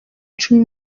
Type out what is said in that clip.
icumi